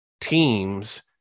teams